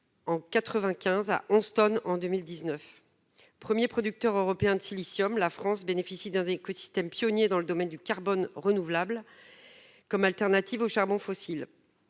En 95 à 11 tonnes en 2019. 1er producteur européen de silicium. La France bénéficie d'un écosystème pionnier dans le domaine du carbone renouvelable. Comme alternative au charbon fossiles.